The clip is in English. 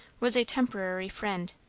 was a temporary friend.